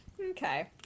Okay